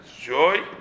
joy